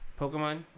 Pokemon